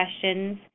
questions